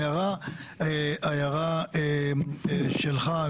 ההערה שלך,